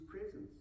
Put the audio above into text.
presence